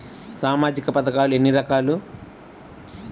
సామాజిక పథకాలు ఎన్ని రకాలు?